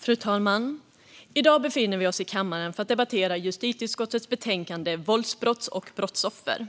Fru talman! I dag befinner vi oss i kammaren för att debattera justitieutskottets betänkande Våldsbrott och brottsoffer .